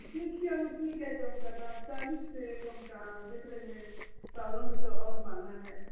देखिये उससे क्या कम करना है अब चालीस से कम कहाँ देख रही है शहरों में तो और महंगा है